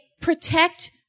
protect